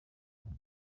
hanze